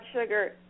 sugar